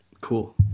Cool